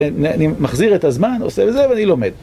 אני מחזיר את הזמן, עושה... וזה, ואני לומד.